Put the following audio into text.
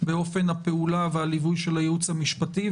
ועל אופן הפעולה והליווי של הייעוץ המשפטי,